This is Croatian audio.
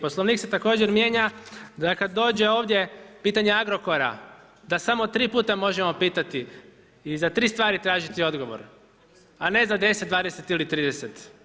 Poslovnik se također mijenja da kada dođe ovdje pitanje Agrokora da samo tri puta možemo pitati i za tri stvari tražiti odgovor, a ne za 10, 20 ili 30.